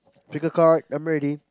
pick a card I'm ready